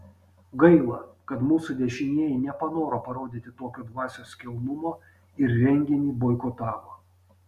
gaila kad mūsų dešinieji nepanoro parodyti tokio dvasios kilnumo ir renginį boikotavo